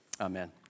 Amen